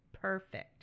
perfect